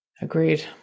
Agreed